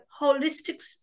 holistic